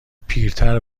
پیرتر